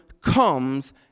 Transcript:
comes